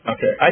Okay